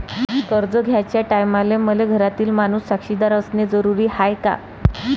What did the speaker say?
कर्ज घ्याचे टायमाले मले घरातील माणूस साक्षीदार असणे जरुरी हाय का?